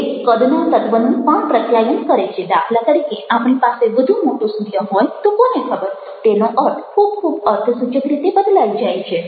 તે કદના તત્વનું પણ પ્રત્યાયન કરે છે દાખલા તરીકે આપણી પાસે વધુ મોટો સૂર્ય હોય તો કોને ખબર તેનો અર્થ ખૂબ ખૂબ અર્થસૂચક રીતે બદલાઈ જાય છે